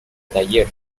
taller